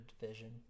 division